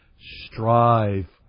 strive